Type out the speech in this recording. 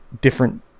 different